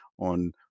on